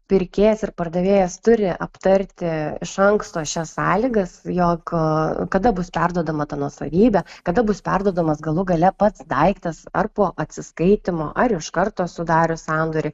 pirkėjas ir pardavėjas turi aptarti iš anksto šias sąlygas jog kada bus perduodama ta nuosavybė kada bus perduodamas galų gale pats daiktas ar po atsiskaitymo ar iš karto sudarius sandorį